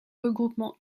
regroupement